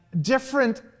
different